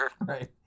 Right